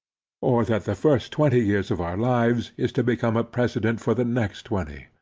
or that the first twenty years of our lives is to become a precedent for the next twenty.